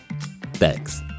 Thanks